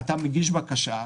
אתה מגיש בקשה,